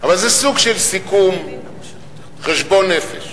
אבל זה סוג של סיכום, חשבון נפש.